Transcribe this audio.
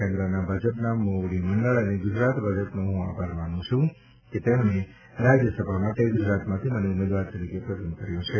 કેન્દ્રના ભાજપના મોવડીમંડળ અને ગુજરાત ભાજપનો હું આભાર માનું છું કે તેમણે રાજ્યસભા માટે ગુજરાતમાંથી મને ઉમેદવાર તરીકે પસંદ કર્યો છે